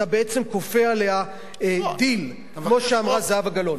אתה בעצם כופה עליה דיל, כמו שאמרה זהבה גלאון.